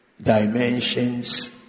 dimensions